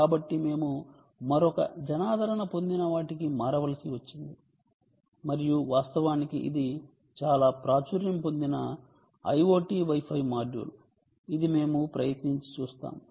కాబట్టి మేము మరొక జనాదరణ పొందిన వాటికి మారవలసి వచ్చింది మరియు వాస్తవానికి ఇది చాలా ప్రాచుర్యం పొందిన IoT Wi Fi మాడ్యూల్ ఇది మేము ప్రయత్నించి చూస్తాము